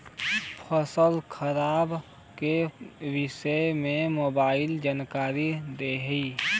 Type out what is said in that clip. फसल खराब के विषय में मोबाइल जानकारी देही